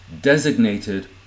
designated